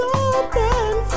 open